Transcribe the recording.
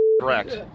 correct